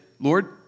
Lord